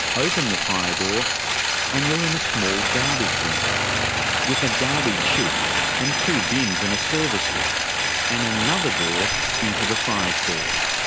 open the fire door and you're in a small garbage room with a garbage chute and two bins and a service lift and another door into the fire stairs.